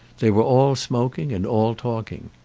they were all smoking, and all talking.